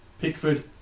Pickford